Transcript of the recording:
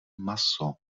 maso